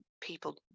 people